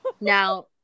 Now